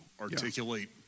articulate